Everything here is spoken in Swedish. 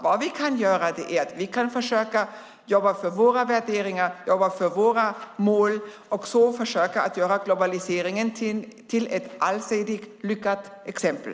Vad vi kan göra är att försöka att jobba för våra värderingar och våra mål och göra globaliseringen till ett allsidigt lyckat exempel.